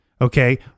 Okay